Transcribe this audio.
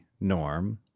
norm